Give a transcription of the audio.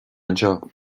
anseo